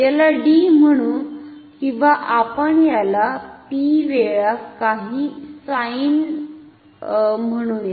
याला d म्हणू किंवा आपण याला P वेळा काही sin म्हणुया